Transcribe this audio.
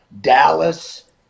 dallas